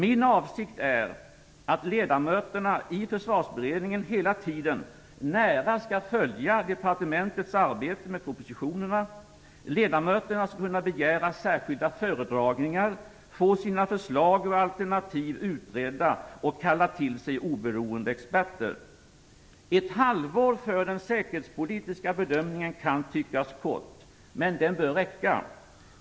Min avsikt är att ledamöterna i försvarsberedningen hela tiden nära skall följa departementets arbete med propositionerna. Ledamöterna skall kunna begära särskilda föredragningar, få sina förslag och alternativ utredda och kalla till sig oberoende experter. Ett halvår för den säkerhetspolitiska bedömningen kan tyckas kort, men det bör räcka.